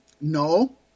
No